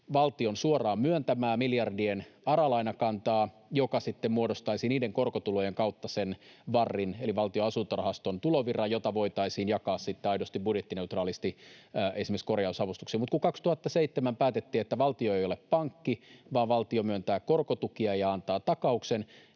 valtion suoraan myöntämää miljardien ARA-lainakantaa, joka sitten muodostaisi niiden korkotulojen kautta sen VARin eli Valtion asuntorahaston tulovirran, jota voitaisiin jakaa sitten aidosti budjettineutraalisti esimerkiksi korjausavustuksiin. Mutta kun 2007 päätettiin, että valtio ei ole pankki, vaan valtio myöntää korkotukia ja antaa takauksen,